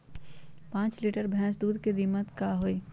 पाँच लीटर भेस दूध के कीमत का होई?